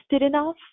enough